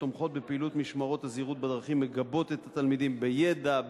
שתומכות בפעילות משמרות הזהירות בדרכים לגבות את התלמידים בידע,